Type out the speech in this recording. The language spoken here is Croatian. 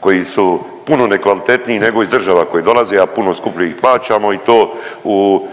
koji su puno nekvalitetniji nego iz država kojih dolaze, a puno skuplje ih plaćamo i to u